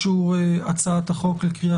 מי נגד?